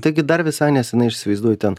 taigi dar visai nesenai aš įsivaizduoju ten